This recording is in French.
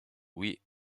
oui